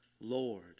Lord